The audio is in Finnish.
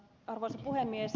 arvoisa puhemies